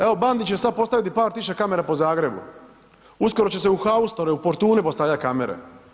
Evo Bandić će sad postaviti par tisuća kamera po Zagrebu, uskoro će se u haustore u portuni postavljati kamere.